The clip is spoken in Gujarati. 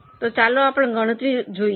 તો ચાલો આપણે ગણતરી જોઈએ